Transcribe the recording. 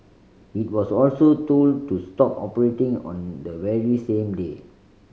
it was also told to stop operating on the very same day